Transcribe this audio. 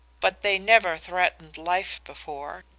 but they never threatened life before.